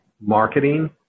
marketing